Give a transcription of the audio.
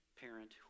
parent